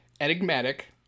enigmatic